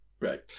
right